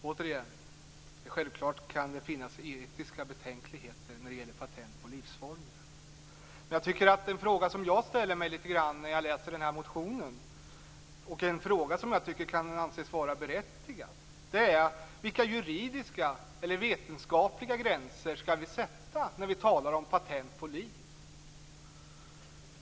Fru talman! Självklart kan det finnas etiska betänkligheter när det gäller patent på livsformer. En berättigad fråga som jag har ställt mig när jag har läst motionen gäller vilka juridiska eller vetenskapliga gränser vi skall sätta när vi talar om patent på liv.